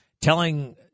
telling